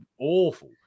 awful